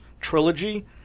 trilogy